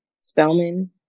Spelman